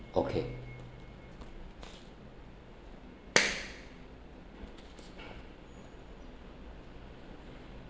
okay